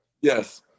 Yes